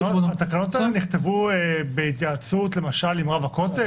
התקנות האלה נכתבו בהתייעצות למשל עם רב הכותל,